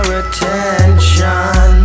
attention